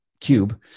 cube